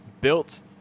built